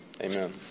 Amen